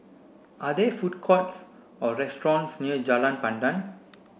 are there food courts or restaurants near Jalan Pandan